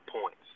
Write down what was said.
points